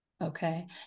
Okay